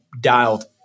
dialed